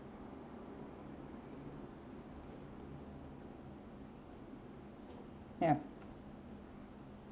ya